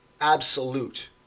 absolute